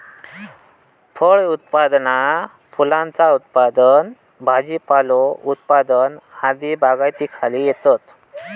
फळ उत्पादना फुलांचा उत्पादन भाजीपालो उत्पादन आदी बागायतीखाली येतत